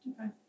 Okay